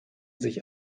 sich